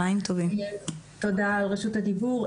תודה על רשות הדיבור.